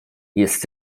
jest